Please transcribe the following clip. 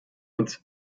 uns